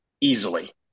easily